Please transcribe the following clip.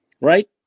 right